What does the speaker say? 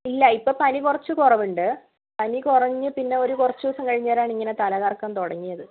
ഇല്ല ഇപ്പം പനി കുറച്ച് കുറവുണ്ട് പനി കുറഞ്ഞ് പിന്നെ ഒരു കുറച്ച് ദിവസം കഴിഞ്ഞ നേരമാണ് ഇങ്ങനെ തലകറക്കം തുടങ്ങിയത്